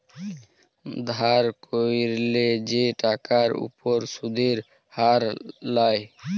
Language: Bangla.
ধার ক্যইরলে যে টাকার উপর সুদের হার লায়